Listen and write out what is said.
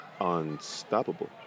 Unstoppable